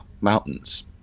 mountains